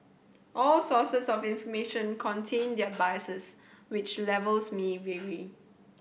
all sources of information contain their biases which levels me vary